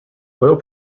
oil